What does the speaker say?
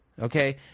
Okay